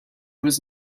was